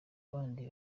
bandi